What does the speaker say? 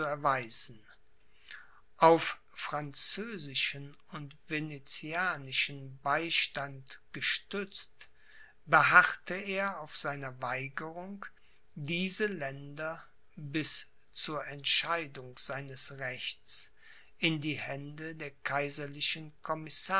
erweisen auf französischen und venetianischen beistand gestützt beharrte er auf seiner weigerung diese länder bis zur entscheidung seines rechts in die hände der kaiserlichen